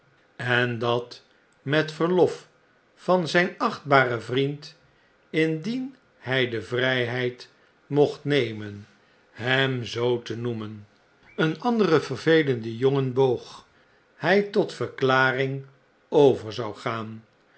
en dat met verlof van zgn achtbaren vriend indien hij de vrijheid mocht nemen hem zoo te noemen een andere vervelende jongen boog hi tot de verklaring over zou gaan